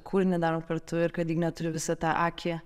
kūrinį darom kartu ir kad ignė turi visą tą akį